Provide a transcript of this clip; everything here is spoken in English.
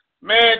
man